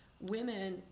women